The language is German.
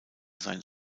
seinen